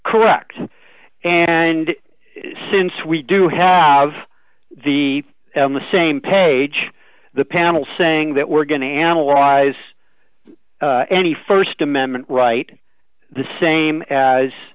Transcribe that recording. correct and since we do have the same page the panel saying that we're going to analyze any st amendment right the same as